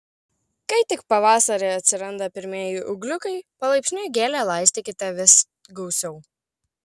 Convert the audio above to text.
kai tik pavasarį atsiranda pirmieji ūgliukai palaipsniui gėlę laistykite vis gausiau